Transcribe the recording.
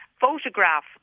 photograph